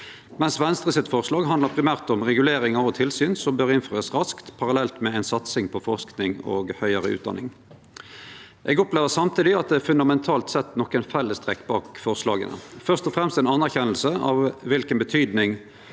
mens Venstre sitt forslag primært handlar om reguleringar og tilsyn som bør innførast raskt, parallelt med ei satsing på forsking og høgare utdanning. Eg opplever samtidig at det fundamentalt sett er nokre fellestrekk bak forslaga, først og fremst ei anerkjenning av kva betydning